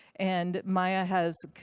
and myiah has